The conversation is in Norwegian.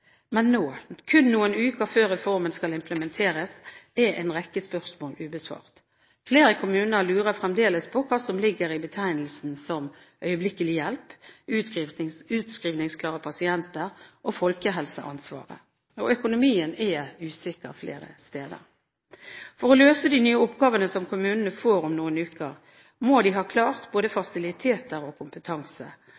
Men nå, kun noen uker før reformen skal implementeres, er en rekke spørsmål ubesvart. Flere kommuner lurer fremdeles på hva som ligger i betegnelser som «øyeblikkelig hjelp», «utskrivningsklare pasienter» og «folkehelseansvaret», og økonomien er usikker flere steder. For å løse de nye oppgavene som kommunene får om noen uker, må de ha klart både